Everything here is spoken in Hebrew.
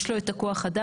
יש לו את כוח האדם,